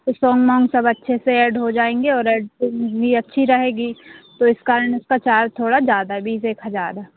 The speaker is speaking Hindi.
कुछ सॉन्ग वॉन्ग सब अच्छे से एड हो जायेंगे और एड तो अच्छी रहेगी तो इसका हेन इसका चार्ज थोड़ा ज्यादा बीस एक हजार